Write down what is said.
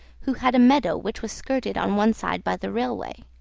who had a meadow which was skirted on one side by the railway.